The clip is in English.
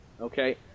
okay